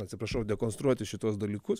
atsiprašau dekonstruoti šituos dalykus